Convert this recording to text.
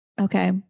Okay